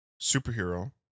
superhero